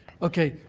okay.